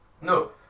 No